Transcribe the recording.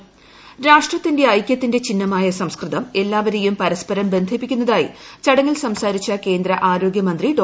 മ്യൂഷ്ട്രിട്ടത്തിന്റെ ഐക്യത്തിന്റെ ചിഹ്നമായ സംസ്കൃതം എല്ലാവരെയുള് പ്രസ്പരം ബന്ധിപ്പിക്കുന്നതായി ചടങ്ങിൽ സംസാരിച്ച കേന്ദ്ര ആരോഗ്യമൂന്തി ഡോ